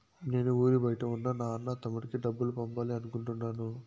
నేను ఊరి బయట ఉన్న నా అన్న, తమ్ముడికి డబ్బులు పంపాలి అనుకుంటున్నాను